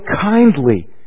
kindly